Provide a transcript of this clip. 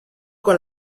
con